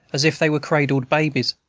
as if they were cradled babies.